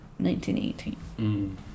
1918